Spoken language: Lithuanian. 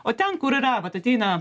o ten kur yra vat ateina